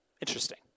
Interesting